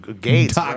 Gates